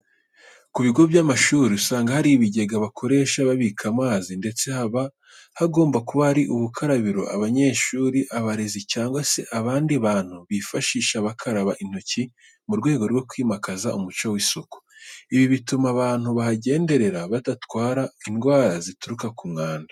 Ku bigo by'amashuri usanga hari ibigega bakoresha babika amazi ndetse haba hagomba kuba hari ubukarabiro abanyeshuri, abarezi cyangwa se abandi bantu bifashisha bakaraba intoki mu rwego rwo kwimakaza umuco w'isuku. Ibi bituma abantu bahagenderera batarwara indwara zituruka ku mwanda.